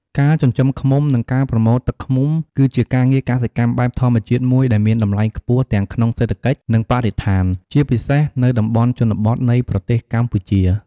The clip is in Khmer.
ការចិញ្ចឹមឃ្មុំ និងការប្រមូលទឹកឃ្មុំ គឺជាការងារកសិកម្មបែបធម្មជាតិមួយដែលមានតម្លៃខ្ពស់ទាំងក្នុងសេដ្ឋកិច្ច និងបរិស្ថាន ជាពិសេសនៅតំបន់ជនបទនៃប្រទេសកម្ពុជា។